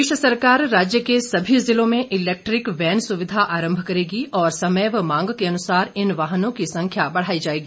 गोबिंद प्रदेश सरकार राज्य के सभी जिलों व महत्वपूर्ण जिलों में इलैक्ट्रिक वैन सुविधा आरंभ करेगी और समय व मांग के अनुसार इन वाहनों की संख्या बढ़ाई जाएगी